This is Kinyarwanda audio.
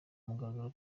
mugaragaro